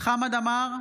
חמד עמאר,